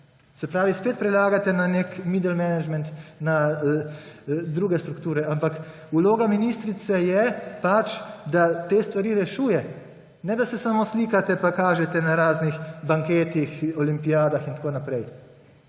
se pravi, spet prelagate na nek »Middle managament«, na druge strukture. Ampak vloga ministrice je, da te stvari rešuje, ne, da se samo slikate, pa kažete na raznih banketih, olimpijadah in tako naprej.